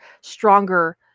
stronger